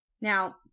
Now